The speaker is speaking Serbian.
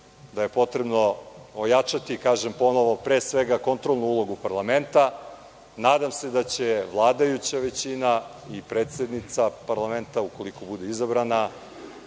da je potrebno ojačati, kažem ponovo, pre svega kontrolnu ulogu parlamenta. Nadam se da će vladajuća većina i predsednica parlamenta, ukoliko bude izabrana,